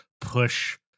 push